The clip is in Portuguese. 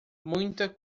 muita